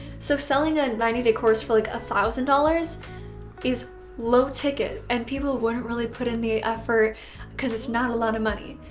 so selling a ninety day course for like a one thousand dollars is low ticket and people wouldn't really put in the effort because it's not a lot of money.